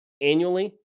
annually